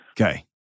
Okay